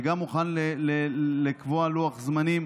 אני גם מוכן לקבוע לוח זמנים